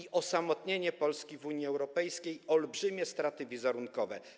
I osamotnienie Polski w Unii Europejskiej, olbrzymie straty wizerunkowe.